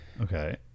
Okay